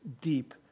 deep